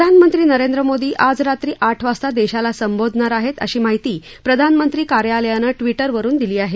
प्रधानमंत्री नरेंद्र मोदी आज रात्री आठ वाजता देशाला संबोधणार आहेत अशी माहिती प्रधानमंत्री कार्यालयानं ट्विटरवरून दिली आहे